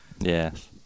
Yes